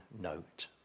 note